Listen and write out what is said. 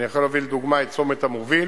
אני יכול להביא לדוגמה את צומת המוביל,